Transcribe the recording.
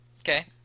Okay